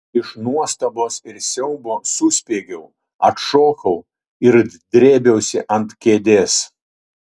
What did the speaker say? iš nuostabos ir siaubo suspiegiau atšokau ir drėbiausi ant kėdės